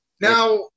Now